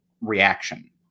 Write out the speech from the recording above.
reaction